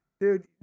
Dude